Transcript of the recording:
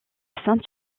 sainte